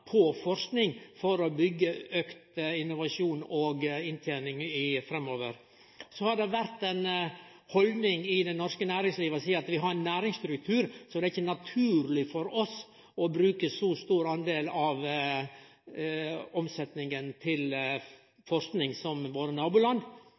på forsking, for å byggje auka innovasjon og inntening framover. Det har vore ei haldning i det norske næringslivet å seie at vi har ein næringsstruktur som ikkje gjer det naturleg for oss å bruke så stor del av omsetninga til